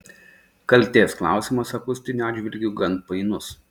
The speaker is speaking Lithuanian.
kaltės klausimas akustiniu atžvilgiu gan painus